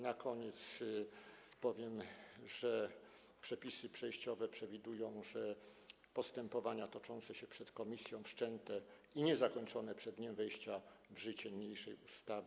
Na koniec powiem, że przepisy przejściowe przewidują, że postępowania toczące się przed komisją, wszczęte i niezakończone przed dniem wejścia w życie niniejszej ustawy.